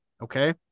okay